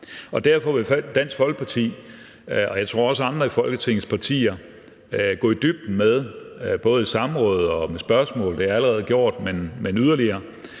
Derfor vil Dansk Folkeparti, og jeg tror også andre af Folketingets partier, gå i dybden med, både i samråd og med spørgsmål, som det allerede er blevet